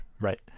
right